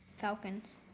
Falcons